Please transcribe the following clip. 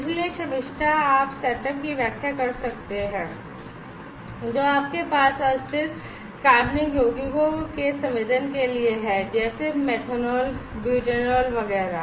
इसलिए शमिता आप सेटअप की व्याख्या कर सकते हैं जो आपके पास अस्थिर कार्बनिक यौगिकों के संवेदन के लिए है जैसे मेथनॉल ब्यूटेनॉल वगैरह